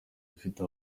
ufite